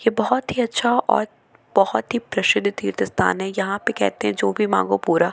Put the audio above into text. यह बहुत ही अच्छा और बहुत ही प्रसिद्ध तीर्थ स्थान है यहाँ पे कहते हैं जो भी मांगों पूरा